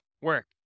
work